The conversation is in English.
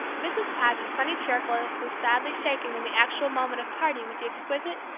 mrs. paget's sunny cheerfulness was sadly shaken when the actual moment of parting with the exquisite,